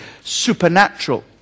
supernatural